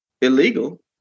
illegal